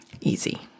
easy